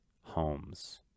homes